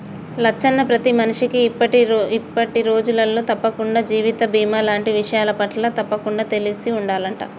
లచ్చన్న ప్రతి మనిషికి ఇప్పటి రోజులలో తప్పకుండా జీవిత బీమా లాంటి విషయాలపట్ల తప్పకుండా తెలిసి ఉండాలంట